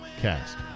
cast